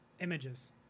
images